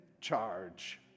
charge